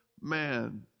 man